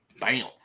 Bam